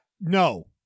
No